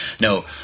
No